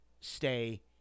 stay